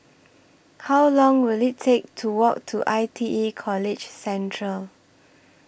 How Long Will IT Take to Walk to I T E College Central